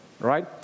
right